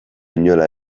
inola